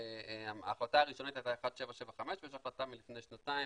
ההחלטה הראשונית הייתה 1775 ויש החלטה מלפני שנתיים,